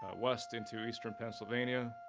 west into eastern pennsylvania,